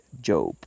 job